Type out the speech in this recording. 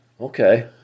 Okay